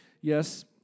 Yes